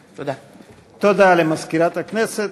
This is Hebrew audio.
הודעה למזכירת הכנסת,